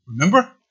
Remember